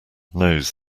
knows